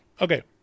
Okay